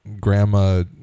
grandma